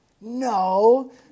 No